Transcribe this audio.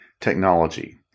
technology